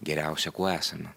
geriausia kuo esame